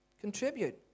Contribute